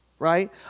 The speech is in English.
right